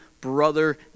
brother